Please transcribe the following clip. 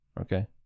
Okay